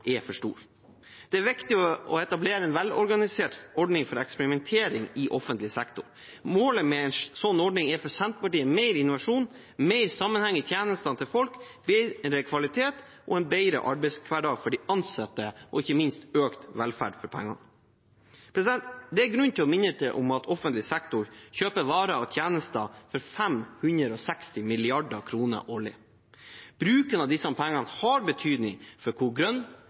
er for stor. Det er viktig å etablere en velorganisert ordning for eksperimentering i offentlig sektor. Målet med en sånn ordning er for Senterpartiet mer innovasjon, mer sammenheng i tjenestene til folk, bedre kvalitet, en bedre arbeidshverdag for de ansatte og ikke minst økt velferd for pengene. Det er grunn til å minne om at offentlig sektor kjøper varer og tjenester for 560 mrd. kr årlig. Bruken av disse pengene har betydning for hvor grønn,